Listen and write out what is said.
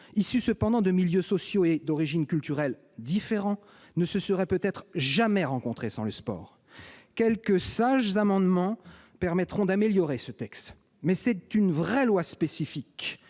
issus cependant de milieux sociaux et culturels différents, ne se seraient peut-être jamais rencontrés sans le sport ? Quelques sages amendements permettront d'améliorer ce texte, mais c'est une vraie loi spécifique